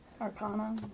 Arcana